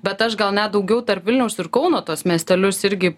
bet aš gal net daugiau tarp vilniaus ir kauno tuos miestelius irgi